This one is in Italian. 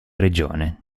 regione